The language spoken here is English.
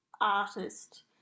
artist